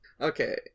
Okay